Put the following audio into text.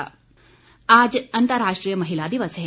महिला दिवस आज अंतर्राष्ट्रीय महिला दिवस है